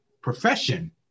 profession